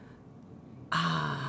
ah